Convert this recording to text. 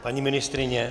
Paní ministryně?